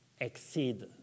exceed